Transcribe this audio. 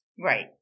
right